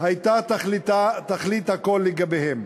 היו תכלית הכול לגביהם.